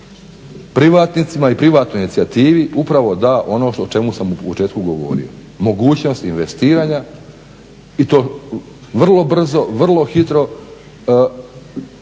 privatnicima i privatnoj inicijativi upravo da ono o čemu sam u početku govorio, mogućnost investiranja i to vrlo brzo, vrlo hitro,